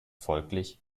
folglich